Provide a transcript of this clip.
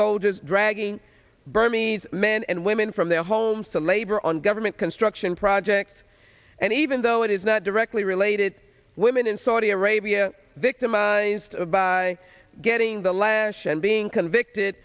soldiers dry bagging burmese men and women from their homes to labor on government construction projects and even though it is not directly related women in saudi arabia victimized by getting the lashon being convicted